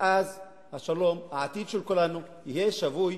ואז השלום, העתיד של כולנו, יהיה שבוי